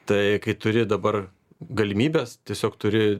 tai kai turi dabar galimybes tiesiog turi